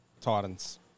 Titans